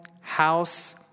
house